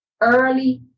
early